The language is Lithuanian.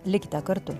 likite kartu